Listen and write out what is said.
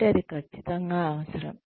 కాబట్టి అది ఖచ్చితంగా అవసరం